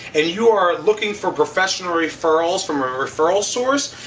and you are looking for professional referrals from a referral source,